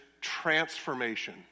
Transformation